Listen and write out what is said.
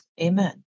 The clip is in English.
Amen